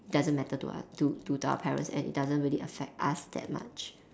doesn't matter to us to to our parents and doesn't really affect us that much